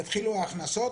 יתחילו ההכנסות,